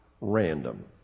random